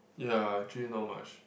ya actually not much